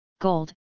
gold